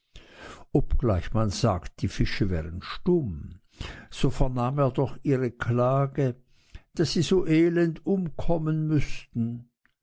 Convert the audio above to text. obgleich man sagt die fische wären stumm so vernahm er doch ihre klage daß sie so elend umkommen müßten